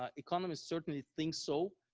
ah economists certainly think so.